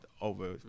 over